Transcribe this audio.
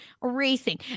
racing